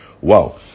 Wow